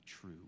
true